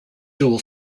dual